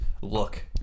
look